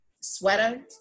sweater